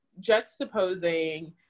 juxtaposing